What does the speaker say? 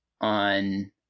on